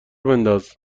بنداز